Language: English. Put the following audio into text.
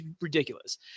ridiculous